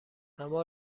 اما